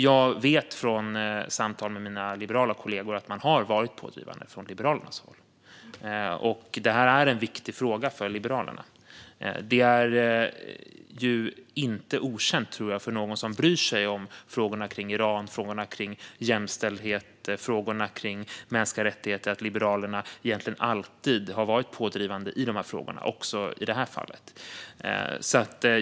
Jag vet från samtal med mina liberala kollegor att man har varit pådrivande från Liberalernas håll. Det här är en viktig fråga för Liberalerna. Jag tror inte att det är okänt för någon som bryr sig om frågorna kring Iran, frågorna kring jämställdhet och frågorna kring mänskliga rättigheter att Liberalerna egentligen alltid har varit pådrivande i dessa frågor, också i det här fallet.